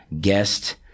guest